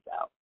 out